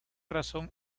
razón